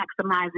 maximizing